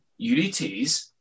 UDTs